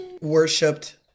worshipped